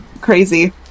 crazy